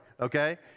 okay